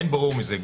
אין ברור מזה.